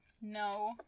No